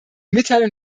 mitteilung